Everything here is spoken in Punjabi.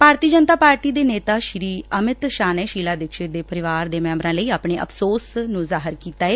ਭਾਰਤੀ ਜਨਤਾ ਪਾਰਟੀ ਦੇ ਨੇਤਾ ਸ੍ਰੀ ਅਮਿਤ ਸ਼ਾਹ ਨੇ ਸ਼ੀਲਾ ਦੀਕਸ਼ਤ ਦੇ ਪਰਿਵਾਰ ਦੇ ਮੈਬਰਾਂ ਲਈ ਆਪਣਾ ਅਫਸੋਸ ਜਾਹਿਰ ਕੀਤਾ ਏ